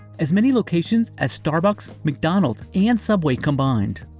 as many locations as starbucks, mcdonald's and subway combined.